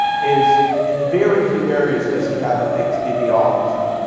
is in very few areas does he have a fixed ideology.